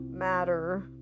matter